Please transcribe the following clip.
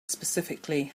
specifically